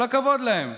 כל הכבוד להם.